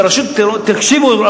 תקשיבו,